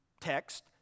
text